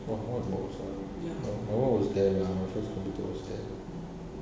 what white box ah my [one] was there lah my fist computer was there